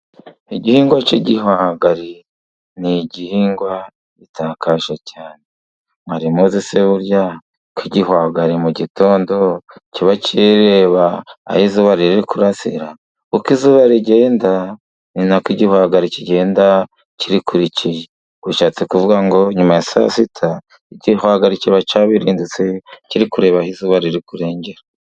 Igihingwa cy'igihwagari ni igihingwa gitangaje cyane. Mwari muzi se burya ko igihwagari mu gitondo kiba kireba aho izuba riri kurasira? Uko izuba rigenda ni na ko igihwagari kigenda kirikurikiye, bishatse kuvuga ngo nyuma ya saa sita igihwagari kiba cyabirindutse kiri kureba aho izuba riri kurengera.